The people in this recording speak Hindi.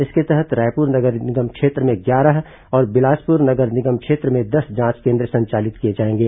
इसके तहत रायपुर नगर निगम क्षेत्र में ग्यारह और बिलासपुर नगर निगम क्षेत्र में दस जांच केन्द्र संचालित किए जाएंगे